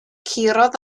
curodd